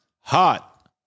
Hot